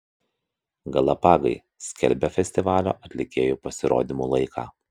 galapagai skelbia festivalio atlikėjų pasirodymų laiką